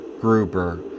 Gruber